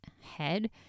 head